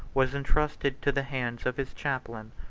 was intrusted to the hands of his chaplain.